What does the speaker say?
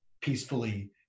peacefully